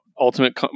Ultimate